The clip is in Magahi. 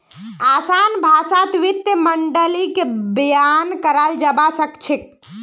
असान भाषात वित्तीय माडलिंगक बयान कराल जाबा सखछेक